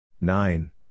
Nine